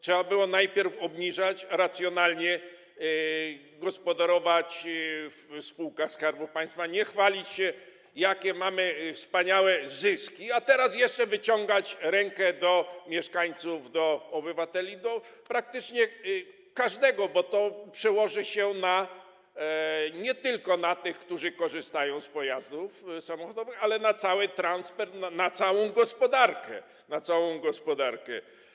Trzeba było najpierw je obniżać, racjonalnie gospodarować w spółkach Skarbu Państwa, a nie chwalić się tym, jakie mamy wspaniałe zyski, a teraz jeszcze wyciągać rękę do mieszkańców, do obywateli, praktycznie do każdego, bo to przełoży się nie tylko na tych, którzy korzystają z pojazdów samochodowych, ale też na cały transport, na całą gospodarkę.